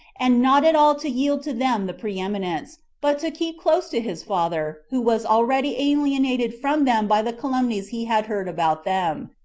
and not at all to yield to them the pre-eminence, but to keep close to his father, who was already alienated from them by the calumnies he had heard about them,